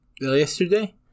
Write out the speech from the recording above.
yesterday